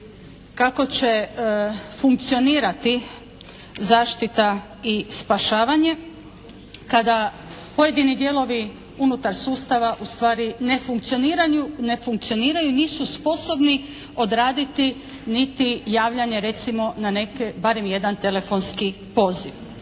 kako će funkcionirati zaštita i spašavanje kada pojedini dijelovi unutar sustava ustvari ne funkcioniraju, nisu sposobni odraditi niti javljanje recimo barem jedan telefonski poziv.